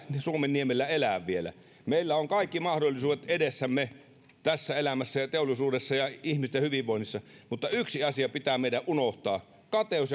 suomen niemellä elää vielä meillä on kaikki mahdollisuudet edessämme tässä elämässä ja teollisuudessa ja ihmisten hyvinvoinnissa mutta yksi asia pitää meidän unohtaa kateus